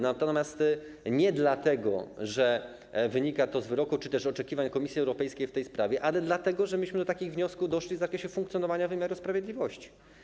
Natomiast nie dlatego, że wynika to z wyroku czy też oczekiwań Komisji Europejskiej w tej sprawie, ale dlatego, że myśmy do takich wniosków doszli w zakresie funkcjonowania wymiaru sprawiedliwości.